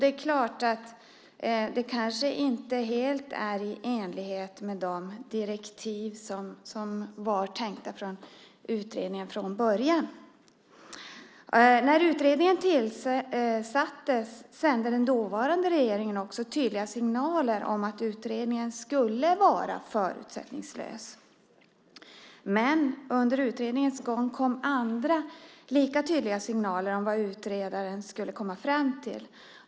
Det är klart att det kanske inte helt är i enlighet med de direktiv som det från början var tänkt när det gäller utredningen. När utredningen tillsattes sände den dåvarande regeringen tydliga signaler om att utredningen skulle vara förutsättningslös. Men under utredningens gång kom andra lika tydliga signaler om vad utredaren skulle komma fram till.